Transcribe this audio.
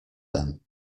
them